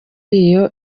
iyo